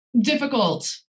difficult